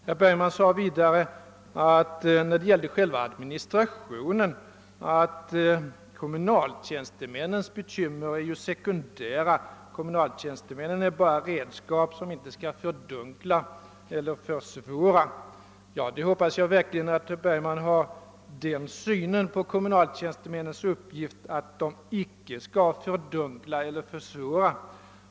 Herr Bergman sade vidare beträffande själva administrationen, att kommunaltjänstemännens bekymmer är sekundära; kommunalmännen är bara redskap, som inte skall »fördunkla eller försvåra». Ja, jag hoppas verkligen att herr Bergman har den synen på kommunaltjänstemännen, att de icke skall fördunkla eller försvåra.